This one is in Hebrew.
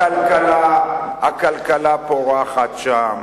הכלכלה פורחת שם,